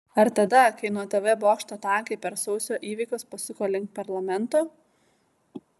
ar tada kai nuo tv bokšto tankai per sausio įvykius pasuko link parlamento